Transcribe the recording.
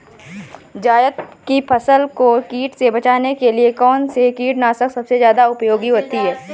जायद की फसल को कीट से बचाने के लिए कौन से कीटनाशक सबसे ज्यादा उपयोगी होती है?